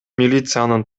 милициянын